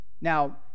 Now